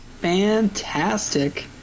fantastic